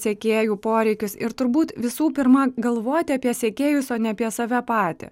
sekėjų poreikius ir turbūt visų pirma galvoti apie sekėjus o ne apie save patį